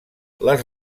les